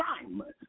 assignment